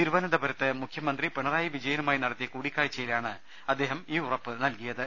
തിരുവനന്തപുരത്ത് മുഖ്യമന്ത്രി പിണറായി വിജയനുമായി നടത്തിയ കൂടിക്കാഴ്ചയി ലാണ് അദ്ദേഹം ഈ ഉറപ്പു നൽകിയത്